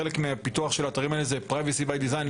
חלק מפיתוח האתרים האלו זה privacy by design,